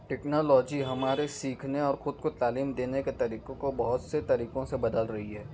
technology ہمارے سیکھنے اور خود کو تعلیم دینے کے طریقوں کو بہت سے طریقوں سے بدل رہی ہے